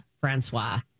Francois